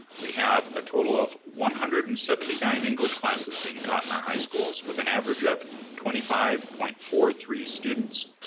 we have a total of one hundred and seventy nine english classes being taught in our high schools, with an average of twenty five point four three students.